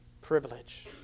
privilege